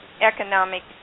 economic